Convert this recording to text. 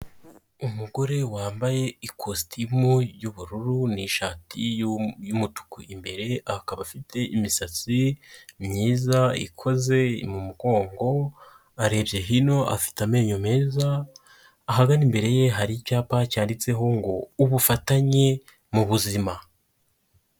Umugore wambaye ikositimu yubururu ni ishati yumutuku imbere akaba afite imisatsi myiza ikoze mu mugongo arebye hino afite amenyo meza ahagana imbere ye hari icyapa cyanditseho ngo ubufatanye mubuzima.